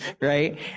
right